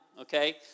okay